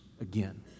again